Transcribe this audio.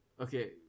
Okay